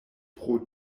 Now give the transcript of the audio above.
pro